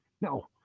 No